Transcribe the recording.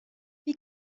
wie